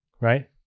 right